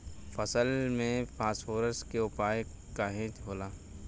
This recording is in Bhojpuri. फसल में फास्फोरस के उपयोग काहे होला?